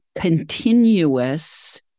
continuous